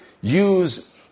use